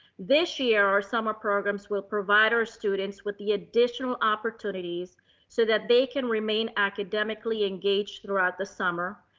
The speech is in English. this year, our summer programs will provide our students with the additional opportunities so that they can remain academically engaged throughout the summer,